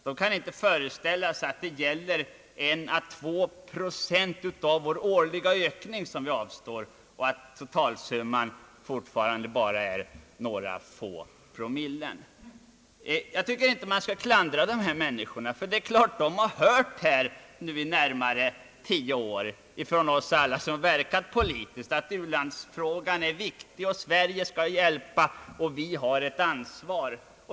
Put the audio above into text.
De kan inte föreställa sig att det är en å två procent av vår årliga välståndsökning som vi avstår och att totalsumman fortfarande bara är några få promille. Jag tycker inte att man skall klandra dessa människor, ty de har i närmare tio år hört från oss alla som verkat politiskt att u-landsfrågan är viktig, att Sverige skall hjälpa och att vi har ett ansvar.